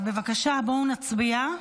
אז בבקשה, בואו נצביע.